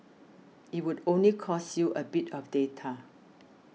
it would only cost you a bit of data